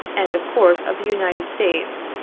and, of course of the united states.